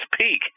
peak